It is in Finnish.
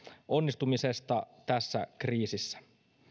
onnistumisesta tässä kriisissä